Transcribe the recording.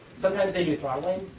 sometimes, they do throttling.